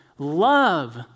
Love